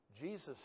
Jesus